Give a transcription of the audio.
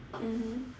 mmhmm